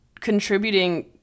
contributing